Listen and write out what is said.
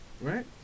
Right